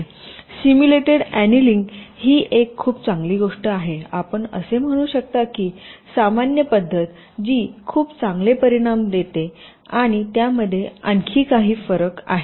simulated annealing ही एक खूप चांगली गोष्ट आहे आपण असे म्हणू शकता की सामान्य पद्धत जी खूप चांगले परिणाम देते आणि त्यामध्ये आणखी काही फरक आहेत